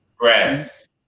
Breast